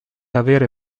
avere